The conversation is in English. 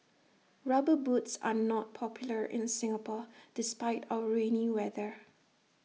rubber boots are not popular in Singapore despite our rainy weather